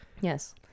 Yes